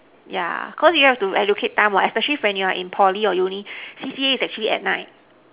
yeah cause you have to allocate time what especially when you're in Poly or uni C_C_A is actually at night